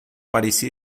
parecia